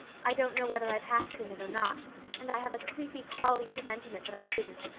i don't know whether i passed in it or not and i have a creepy, crawly presentiment that i didn't.